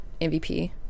MVP